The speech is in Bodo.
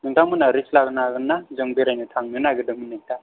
नोंथांमोना रिस्क लानो हागोन्ना जों बेरायनो थांनो नागेरदोंमोन नोंथां